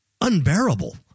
unbearable